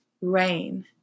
rain